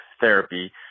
therapy